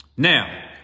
Now